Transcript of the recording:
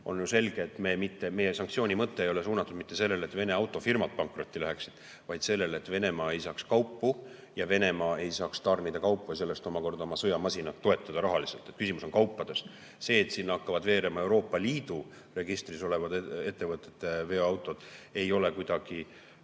On ju selge, et sanktsioon ei ole suunatud mitte sellele, et Vene autofirmad pankrotti läheksid, vaid sellele, et Venemaa ei saaks [osta] kaupu ja Venemaa ei saaks tarnida kaupu ja selle abil oma sõjamasinat rahaliselt toetada. Küsimus on kaupades. See, et sinna hakkavad veerema Euroopa Liidu registris olevate ettevõtete veoautod, ei ole